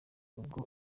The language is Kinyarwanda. ubwo